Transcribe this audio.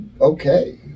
Okay